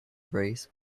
breeze